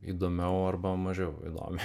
įdomiau arba mažiau įdomiai